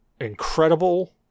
incredible